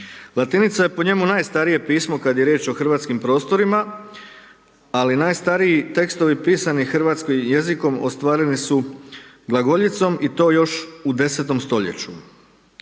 Latinica je po njemu najstarije pismo kad je riječ o hrvatskim prostorima, ali najstariji tekstovi pisani hrvatskim jezikom ostvareni su glagoljicom i to još u 10. stoljeću.